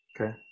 Okay